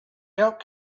helped